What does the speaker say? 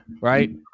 right